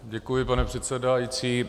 Děkuji, pane předsedající.